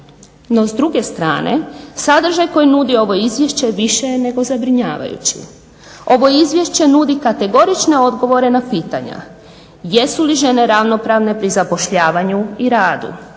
No, s druge strane sadržaj koji nudi ovo Izvješće više je nego zabrinjavajući. Ovo Izvješće nudi kategorične odgovore na pitanja jesu li žene ravnopravne pri zapošljavanju i radu,